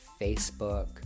Facebook